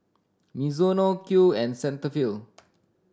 Mizuno Qoo and Cetaphil